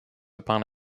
upon